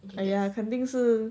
!aiya! 肯定是